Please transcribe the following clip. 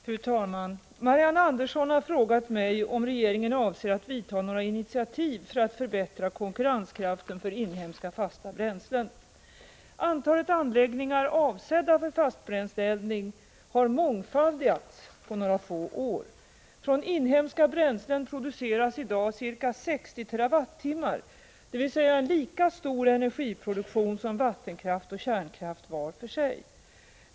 Fru talman! Marianne Andersson har frågat mig om regeringen avser att ta några initiativ för att förbättra konkurrenskraften för inhemska fasta bränslen. Antalet anläggningar avsedda för fastbränsleeldning har mångfaldigats på några få år. Från inhemska bränslen produceras i dag ca 60 TWh, dvs. en lika stor energiproduktion som vattenkraft och kärnkraft var för sig.